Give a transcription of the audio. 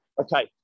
Okay